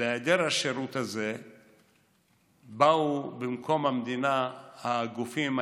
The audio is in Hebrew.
ובהיעדר השירות הזה באו במקום המדינה הגופים,